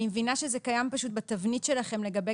אני מבינה שזה קיים בתבנית שלכם לגבי